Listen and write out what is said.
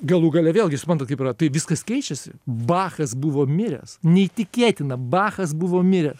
galų gale vėlgi suprantat kaip yra tai viskas keičiasi bachas buvo miręs neįtikėtina bachas buvo miręs